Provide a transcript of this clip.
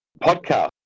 podcast